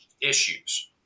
issues